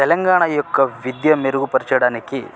తెలంగాణ యొక్క విద్య మెరుగుపరచడానికి